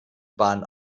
bahn